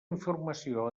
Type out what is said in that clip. informació